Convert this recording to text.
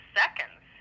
seconds